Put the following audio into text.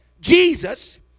Jesus